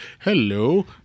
hello